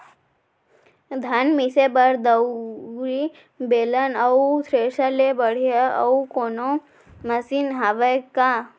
धान मिसे बर दउरी, बेलन अऊ थ्रेसर ले बढ़िया अऊ कोनो मशीन हावे का?